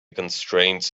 constraints